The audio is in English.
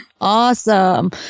Awesome